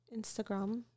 Instagram